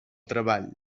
treball